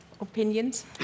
opinions